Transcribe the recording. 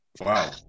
Wow